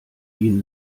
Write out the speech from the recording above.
ihn